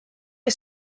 est